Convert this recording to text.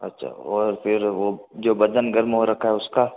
अच्छा और फिर वो जो बदन गर्म हो रखा है उसका